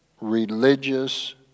religious